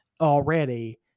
already